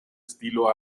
estilo